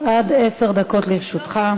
עד עשר דקות לרשותך.